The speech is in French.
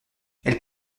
elle